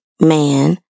man